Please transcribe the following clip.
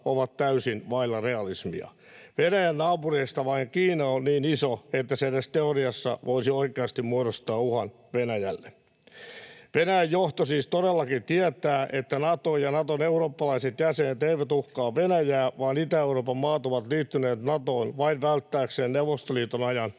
Venäjän naapureista vain Kiina on niin iso, että se edes teoriassa voisi oikeasti muodostaa uhan Venäjälle. Venäjän johto siis todellakin tietää, että Nato ja Naton eurooppalaiset jäsenet eivät uhkaa Venäjää vaan Itä-Euroopan maat ovat liittyneet Natoon vain välttääkseen Neuvostoliiton ajan karmean